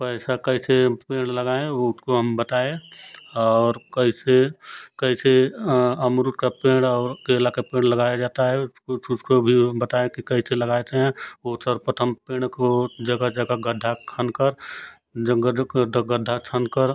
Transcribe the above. पैसा कैसे पेड़ लगाएँ वो उसको हम बताए और कैसे कैसे अमरूद का पेड़ और केला का पेड़ लगाया जाता है कुछ उसको भी बताएँ कि कैसे लगाते हैं वो सर्वप्रथम पेड़ को जगह जगह गड्ढा खनकर जगह जगह गड्ढा खनकर